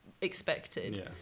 expected